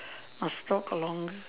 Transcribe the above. must talk along